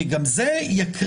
כי גם זה יקרין.